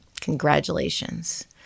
Congratulations